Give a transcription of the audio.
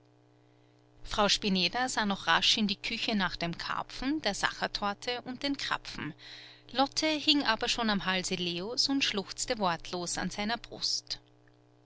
frau spineder sah noch rasch in die küche nach dem karpfen der sachertorte und den krapfen lotte hing aber schon am halse leos und schluchzte wortlos an seiner brust